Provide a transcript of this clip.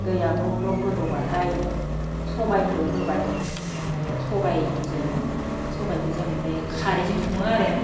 दैया glove glove गोदौब्लाथाय सबायखो होबाय ओमफाय सबायजों सबायखो जों ओमफाय खारैजों सङो आरो